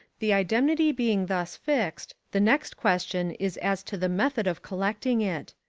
the indemnity being thus fixed, the next question is as to the method of collecting it.